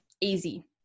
Easy